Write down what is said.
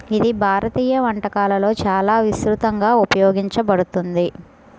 ఇది భారతీయ వంటకాలలో చాలా విస్తృతంగా ఉపయోగించబడుతుంది